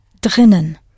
drinnen